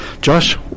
Josh